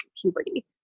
puberty